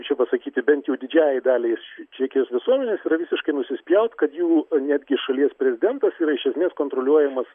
kaip čia pasakyti bent jau didžiajai daliai iš čekijos visuomenės yra visiškai nusispjaut kad jų netgi šalies prezidentas yra iš esmės kontroliuojamas